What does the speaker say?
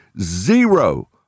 zero